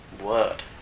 Word